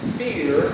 fear